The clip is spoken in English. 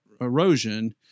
erosion